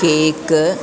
cake